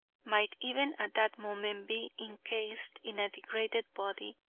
might, even at that moment, be incased in a degraded body,